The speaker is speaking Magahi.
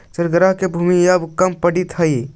चरागाह के भूमि अब कम पड़ीत हइ